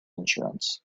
insurance